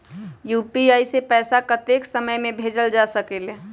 UPI से पैसा कतेक समय मे भेजल जा स्कूल?